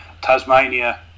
Tasmania